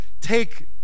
take